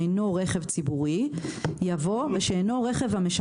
כשהוא נייח יבוא: וכאשר המנוע